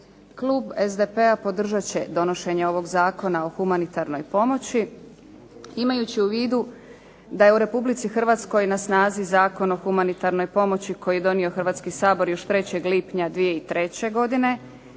Klub SDP-a podržat će donošenje ovog Zakona o humanitarnoj pomoći imajući u vidu da je u Republici Hrvatskoj na snazi Zakon o humanitarnoj pomoći koji je donio Hrvatski sabor još 3. lipnja 2003. godine